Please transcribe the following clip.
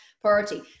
priority